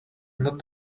not